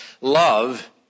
love